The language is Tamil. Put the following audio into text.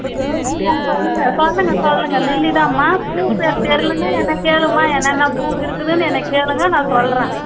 அது லில்லி தான் சொல்லுங்க சொல்லுங்க சொல்லுங்க லில்லி தான்மா பூ பேர் தெரிலன்னா என்னை கேளும்மா என்னென்ன பூ இருக்குதுன்னு என்னை கேளுங்க நான் சொல்கிறேன்